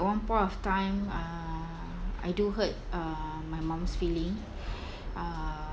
at one point of time uh I do hurt uh my mum's feeling uh